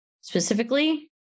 specifically